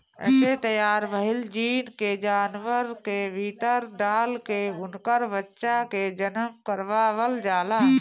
एसे तैयार भईल जीन के जानवर के भीतर डाल के उनकर बच्चा के जनम करवावल जाला